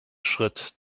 schritt